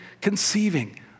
conceiving